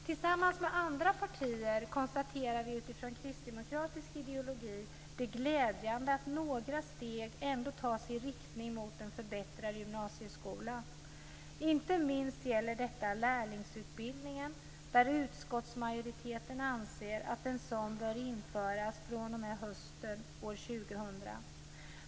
Tillsammans med andra partier konstaterar vi utifrån kristdemokratisk ideologi det glädjande att några steg ändå tas i riktning mot en förbättrad gymnasieskola. Inte minst gäller detta lärlingsutbildningen. Utskottsmajoriteten anser att en sådan bör införas fr.o.m. hösten år 2000.